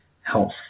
health